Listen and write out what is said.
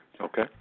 Okay